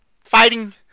fighting